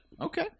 Okay